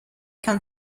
can